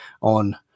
on